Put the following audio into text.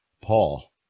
Paul